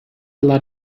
lot